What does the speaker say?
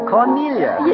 Cornelia